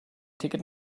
ticket